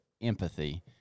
empathy